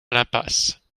l’impasse